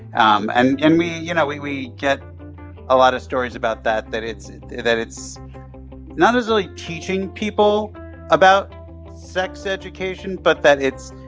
um and and we you know, we we get a lot of stories about that that it's that it's not necessarily teaching people about sex education but that it's